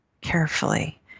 carefully